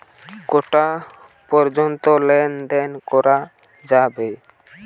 কটা পর্যন্ত লেন দেন করা যাবে?